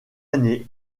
année